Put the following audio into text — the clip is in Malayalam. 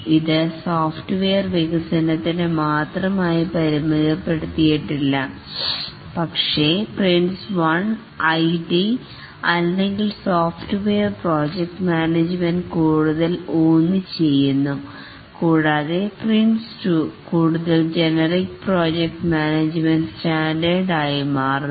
ഇത് സോഫ്റ്റ്വെയർ വികസനത്തിന് മാത്രമായി പരിമിതപ്പെടുത്തിയിട്ടില്ല പക്ഷേ PRINCE1 ഐടി അല്ലെങ്കിൽ സോഫ്റ്റ്വെയർ പ്രൊജക്റ്റ് മാനേജ്മെൻറ് കൂടുതൽ ഊന്നൽ കൊടുക്കുന്നു കൂടാതെ PRINCE2 കൂടുതൽ ജനറിക് പ്രോജക്ട് മാനേജ്മെൻറ് സ്റ്റാൻഡേർഡ് ആയി മാറുന്നു